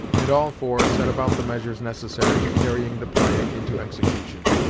and all four set about the measures necessary to carrying the plan into execution.